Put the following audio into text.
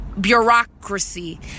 bureaucracy